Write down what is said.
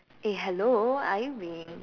eh hello are you being